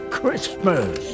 Christmas